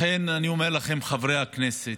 לכן אני אומר לכם, חברי הכנסת,